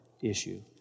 issue